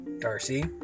Darcy